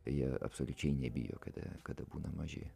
jie absoliučiai nebijo kada kada būna maži